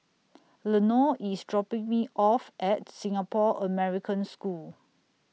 Lenore IS dropping Me off At Singapore American School